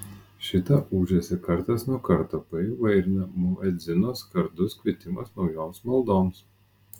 šitą ūžesį kartas nuo karto paįvairina muedzino skardus kvietimas naujoms maldoms